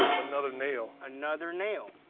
another nail. another nail.